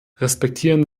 respektieren